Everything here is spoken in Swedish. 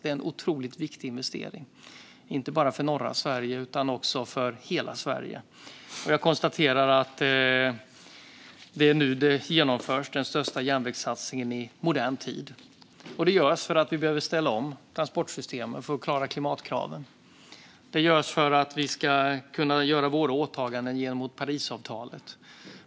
Det är en otroligt viktig investering, inte bara för norra Sverige utan för hela Sverige. Det är nu den största järnvägssatsningen i modern tid genomförs. Det görs för att vi behöver ställa om transportsystemen för att klara klimatkraven. Det görs för att vi ska kunna leva upp till våra åtaganden i enlighet med Parisavtalet.